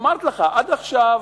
אמרתי לך: עד עכשיו,